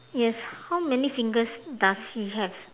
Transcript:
yes how many fingers does he have